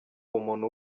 umuntu